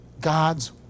God's